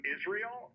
Israel